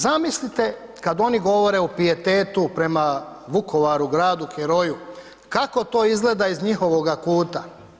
Zamislite kad oni govore o pijetetu prema Vukovaru, gradu heroju kako to izgleda iz njihovoga kuta.